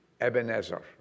Ebenezer